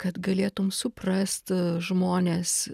kad galėtum suprast žmones